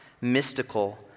mystical